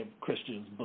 Christians